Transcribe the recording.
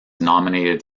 nominated